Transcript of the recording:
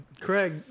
Craig